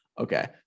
Okay